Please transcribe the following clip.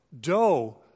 dough